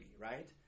right